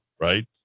right